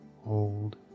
hold